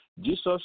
Jesus